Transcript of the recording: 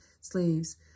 slaves